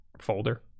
folder